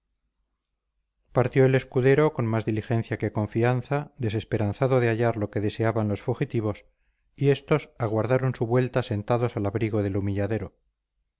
partió el escudero con más diligencia que confianza desesperanzado de hallar lo que deseaban los fugitivos y estos aguardaron su vuelta sentados al abrigo del humilladero